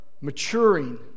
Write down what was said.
maturing